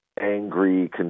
angry